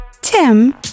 Tim